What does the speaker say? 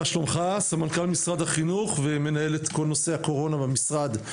סמנכ"ל משרד החינוך ומנהל את כל נושא הקורונה במשרד.